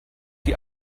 die